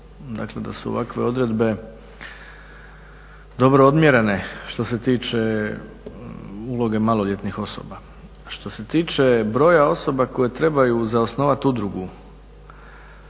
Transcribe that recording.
dakle da su ovakve odredbe dobro odmjerene što se tiče uloge maloljetnih osoba. Što se tiče broja osoba koje trebaju za osnovat udrugu